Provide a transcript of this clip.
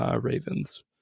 Ravens